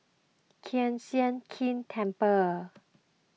Kiew Sian King Temple